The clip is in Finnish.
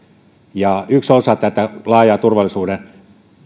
yksi osa tätä laajaa turvallisuuden